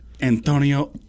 Antonio